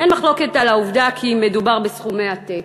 אין מחלוקת על העובדה שמדובר בסכומי עתק.